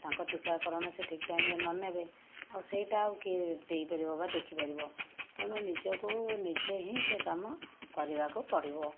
ତାଙ୍କ ଟୀକାକରଣ ସେ ଠିକ୍ ଟାଇମ୍ରେ ନନେବେ ଆଉ ସେଇଟା ଆଉ କିଏ ଦେଇପାରିବ ବା ଦେଖିପାରିବ ତେଣୁ ନିଜକୁ ନିଜେ ହିଁ ସେ କାମ କରିବାକୁ ପଡ଼ିବ